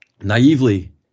naively